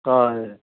ꯇꯥꯏꯌꯦ